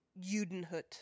Judenhut